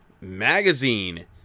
magazine